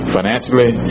Financially